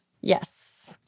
Yes